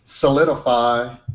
solidify